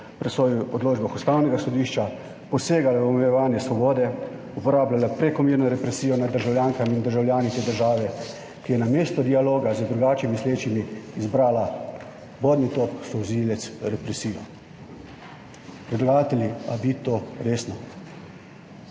presoji in odločbah Ustavnega sodišča, posegala v omejevanje svobode, uporabljala prekomerno represijo nad državljankami in državljani te države, ki je namesto dialoga z drugače mislečimi izbrala vodni tok, solzivec, represijo. Predlagatelji, a vi to resno?